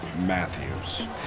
Matthews